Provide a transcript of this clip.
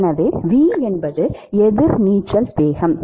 எனவே V என்பது எதிர் நீச்சல் வேகம்